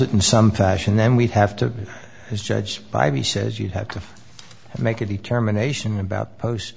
it in some fashion then we'd have to judge by b says you have to make a determination about post